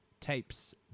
tapes